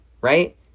right